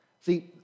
See